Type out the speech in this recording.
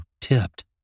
tipped